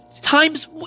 Time's